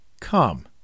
Come